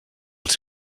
els